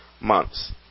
months